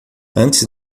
antes